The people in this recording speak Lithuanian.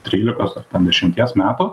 trylikos ar ten dešimties metų